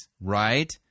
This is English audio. right